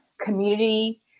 community